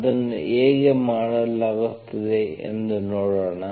ಅದನ್ನು ಹೇಗೆ ಮಾಡಲಾಗುತ್ತದೆ ಎಂದು ನೋಡೋಣ